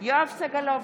יואב סגלוביץ'